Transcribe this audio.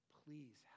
please